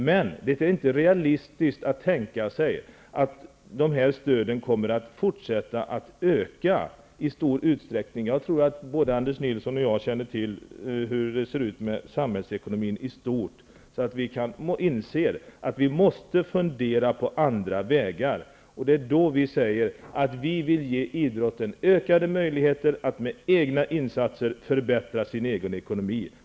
Men det är inte realistiskt att tänka sig att dessa stöd kommer att fortsätta att öka i stor utsträckning. Jag tror både Anders Nilsson och jag inser hur det står till med samhällsekonomin i stort. Vi inser att vi måste fundera på andra vägar. Vi vill ge idrotten ökade möjligheter att med egna insatser förbättra sin egen ekonomi.